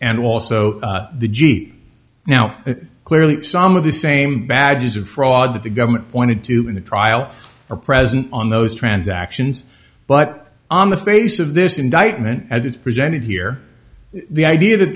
and also the g now clearly some of the same badges of fraud that the government pointed to in the trial are present on those transactions but on the face of this indictment as it's presented here the idea that